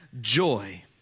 joy